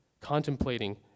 contemplating